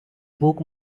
book